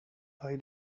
bei